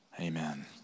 Amen